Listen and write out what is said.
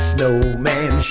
Snowman